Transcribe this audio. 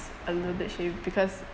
a little bit shady because